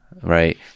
right